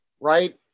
right